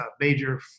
major